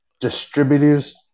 distributors